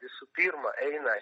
visų pirma eina